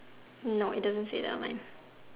no it doesn't say that mine